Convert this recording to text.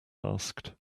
asked